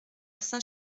saint